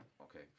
okay